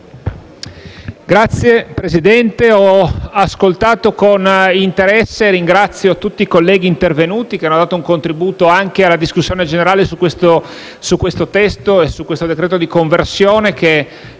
Signor Presidente, ho ascoltato con interesse e ringrazio tutti i colleghi intervenuti che hanno dato un contributo anche alla discussione generale su questo disegno di legge di conversione del decreto-legge,